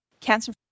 Cancer